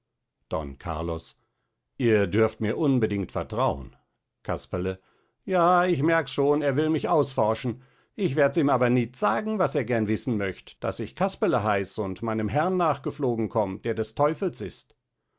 don carlos ihr dürft mir unbedingt vertraun casperle ja ich merks schon er will mich ausforschen ich werds ihm aber nit sagen was er gern wißen möcht daß ich casperle heiß und meinem herrn nachgeflogen komm der des teufels ist